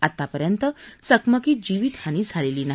आतापर्यंत चकमकीत जीवितहानी झालेली नाही